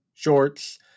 shorts